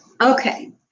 Okay